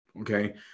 okay